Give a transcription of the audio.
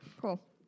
Cool